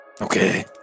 Okay